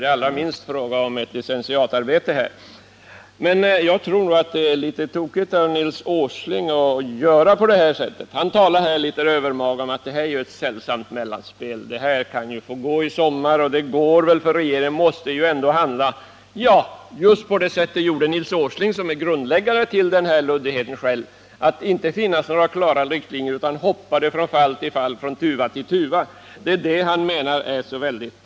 Det är allra minst fråga om ett licentiatarbete. Jag tror emellertid att det är litet tokigt av Nils Åsling att göra på det sättet. Han talar nu litet övermaga om att detta är ett sällsamt mellanspel, som kan få gå för i sommar — regeringen måste ju ändå handla. Ja, just på det sättet gjorde Nils Åsling, som själv är grundläggare till denna luddighet. För honom fanns inte några klara riktlinjer, utan han hoppade från fall till fall, från tuva till tuva. Det menar han är klokt och vettigt.